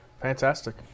Fantastic